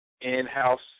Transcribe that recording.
in-house